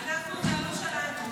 זה הלו"ז שלנו.